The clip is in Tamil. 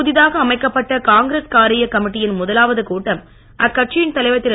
புதிதாக அமைக்கப்பட்ட காங்கிரஸ் காரிய கமிட்டியின் முதலாவது கூட்டம் அக்கட்சியின் தலைவர் திரு